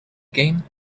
game